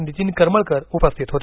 नितीन करमळकर उपस्थित होते